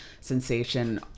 sensation